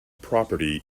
property